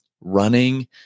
running